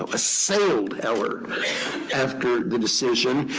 assailed heller after the decision.